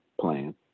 plan